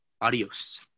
Adios